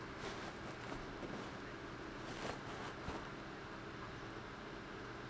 !huh!